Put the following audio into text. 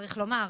צריך לומר,